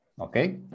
Okay